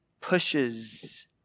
pushes